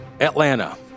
Atlanta